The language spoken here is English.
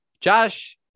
Josh